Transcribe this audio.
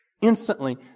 Instantly